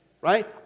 right